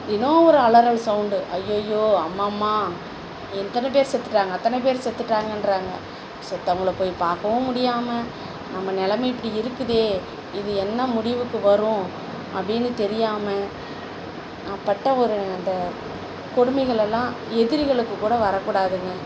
தினம் ஒரு அலறல் சவுண்டு அய்யய்யோ அம்மம்மா இத்தனை பேர் செத்துட்டாங்க அத்தனை பேர் செத்துட்டாங்கன்றாங்க செத்தவங்களை போய் பார்க்கவும் முடியாமல் நம்ம நிலம இப்படி இருக்குதே இது என்ன முடிவுக்கு வரும் அப்படின்னு தெரியாமல் நான் பட்ட ஒரு அந்த கொடுமைகளெல்லா எதிரிகளுக்கு கூட வரக்கூடாதுங்கள்